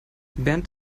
bernd